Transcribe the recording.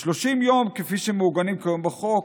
30 יום, כפי שמעוגן כיום בחוק,